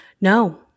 No